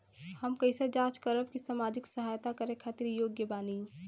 हम कइसे जांच करब की सामाजिक सहायता करे खातिर योग्य बानी?